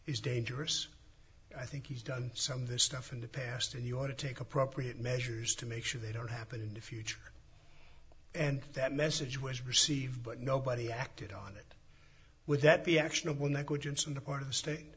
is dangerous i think he's done some of this stuff in the past and you want to take appropriate measures to make sure they don't happen in the future and that message was received but nobody acted on it would that be actionable negligence on the part of the state